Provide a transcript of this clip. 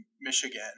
Michigan